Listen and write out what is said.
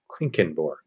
Klinkenborg